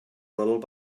little